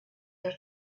your